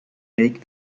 make